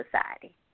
society